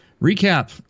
Recap